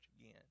again